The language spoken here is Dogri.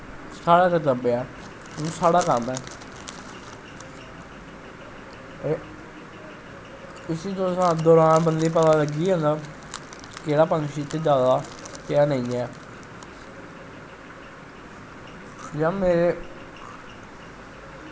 साढ़ा कर्तब्य ऐ साढ़ा कम्म ऐ ते इस्सी तुस बंदे पता लग्गी गै जंदा केह्ड़ा पंक्षी इत्थें जैदा केह्ड़ा नेंई ऐ जियां मेरे